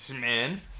Man